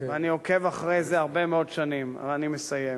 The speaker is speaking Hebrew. ואני עוקב אחרי זה הרבה מאוד שנים, אבל אני מסיים,